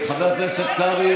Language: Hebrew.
חבר הכנסת קרעי,